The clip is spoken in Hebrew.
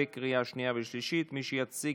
אני קובע כי חוק המועצה לענף הלול (ייצור